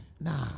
Nah